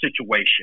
situation